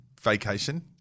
Vacation